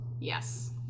Yes